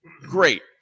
Great